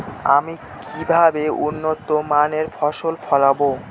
আমি কিভাবে উন্নত মানের ফসল ফলাবো?